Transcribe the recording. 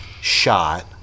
shot